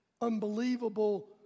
unbelievable